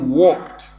walked